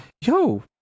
yo